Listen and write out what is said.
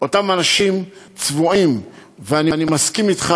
אותם אנשים צבועים, ואני מסכים אתך